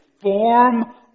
form